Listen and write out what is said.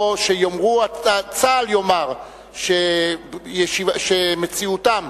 או שצה"ל יאמר שמציאותם